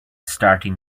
starting